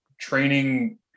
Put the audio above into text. training